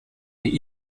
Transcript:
les